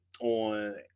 on